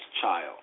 child